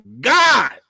God